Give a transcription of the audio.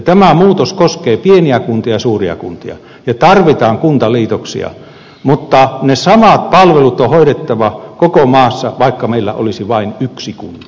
tämä muutos koskee pieniä kuntia ja suuria kuntia ja tarvitaan kuntaliitoksia mutta ne samat palvelut on hoidettava koko maassa vaikka meillä olisi vain yksi kunta